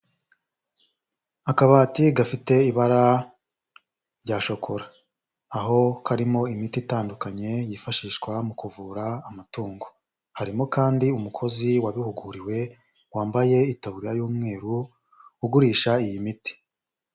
Akabati gafite ibara rya shokora, aho karimo imiti itandukanye yifashishwa mu kuvura amatungo, harimo kandi umukozi wabihuguriwe wambaye ikataburiya y'umweru ugurisha iyi miti.